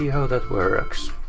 how that works.